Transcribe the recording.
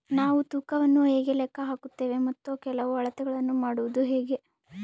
ನಾವು ತೂಕವನ್ನು ಹೇಗೆ ಲೆಕ್ಕ ಹಾಕುತ್ತೇವೆ ಮತ್ತು ಕೆಲವು ಅಳತೆಗಳನ್ನು ಮಾಡುವುದು ಹೇಗೆ?